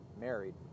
married